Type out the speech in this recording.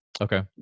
Okay